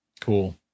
cool